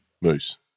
Moose